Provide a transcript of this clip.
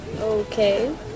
Okay